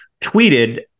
tweeted